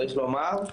צריך לומר: